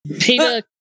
Peter